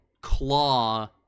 Claw